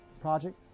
project